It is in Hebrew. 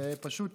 זה פשוט